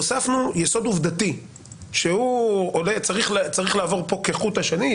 והוספנו יסוד עובדתי שהוא צריך לעבור כאן כחוט השני,